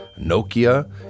Nokia